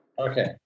Okay